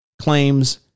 claims